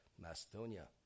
Macedonia